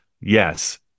yes